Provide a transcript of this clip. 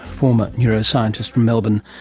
former neuroscientist from melbourne,